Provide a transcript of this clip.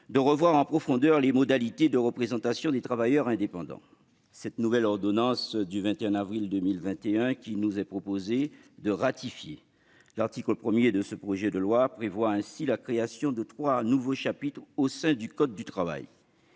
par voie d'ordonnance les modalités de représentation des travailleurs indépendants. C'est cette nouvelle ordonnance du 21 avril 2021 qu'il nous est proposé aujourd'hui de ratifier. L'article 1 du projet de loi prévoit ainsi la création de trois nouveaux chapitres au sein du code du travail.